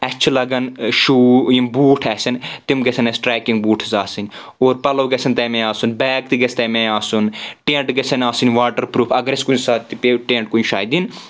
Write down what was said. اَسہِ چھِ لگن شوٗ یم بوٗٹ آسَن تِم گژھن اَسہِ ٹریکنگ بوٗٹٕس اَسہِ آسٕنۍ اور پلو گژھن تمٕے آسٕنۍ اور پیک تہِ گژھِ تمٕے آسٕنۍ بیگ تہِ گژھِ تمے آسُن ٹیٚنٹ گژھن آسٕنۍ واٹرپروٗف اگر اَسہِ کُنہِ ساتہٕ تہِ پیٚیہِ ٹینٹ کُنہِ جاے دنۍ